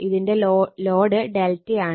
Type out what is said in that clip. ഇതിന്റെ ലോഡ് ഡെൽറ്റയാണ്